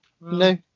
No